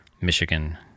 michigan